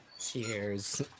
cheers